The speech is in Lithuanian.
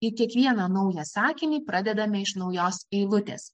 tai kiekvieną naują sakinį pradedame iš naujos eilutės